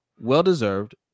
Well-deserved